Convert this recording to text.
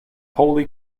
wholly